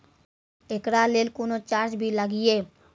एकरा लेल कुनो चार्ज भी लागैये?